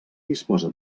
disposa